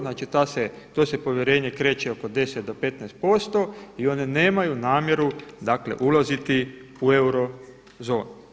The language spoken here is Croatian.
Znači to se povjerenje kreće oko 10 do 15% i oni nemaju namjeru ulaziti u eurozonu.